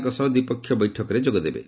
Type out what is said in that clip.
ଙ୍କ ସହ ଦ୍ୱିପାକ୍ଷିକ ବୈଠକରେ ଯୋଗଦେବେ